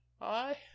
I